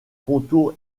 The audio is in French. contour